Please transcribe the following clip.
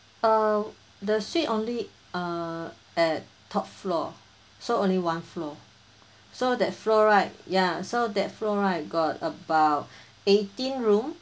uh the suite only uh at top floor so only one floor so that floor right ya so that floor I got about eighteen room